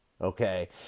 Okay